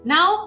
Now